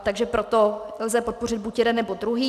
Takže proto lze podpořit buď jeden, nebo druhý.